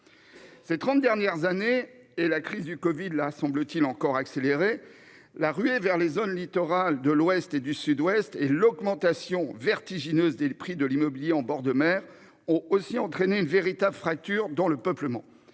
Ces 30 dernières années et la crise du Covid là semble-t-il encore accélérer la ruée vers les zones littorales de l'Ouest et du Sud-Ouest et l'augmentation vertigineuse des prix de l'immobilier en bord de mer. Oh aussi entraîné une véritable fracture dans le peuplement.